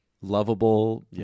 lovable